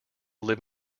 live